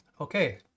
Okay